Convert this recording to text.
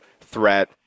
threat